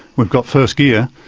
we've got first gear,